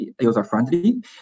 user-friendly